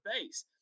base